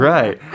Right